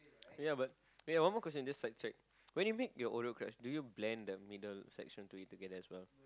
ya but ya one more question just like to check when you make your own road crash do you blame the middle section to it together as well